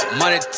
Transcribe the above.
money